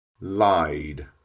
Lied